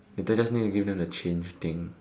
you just need to give them the change thing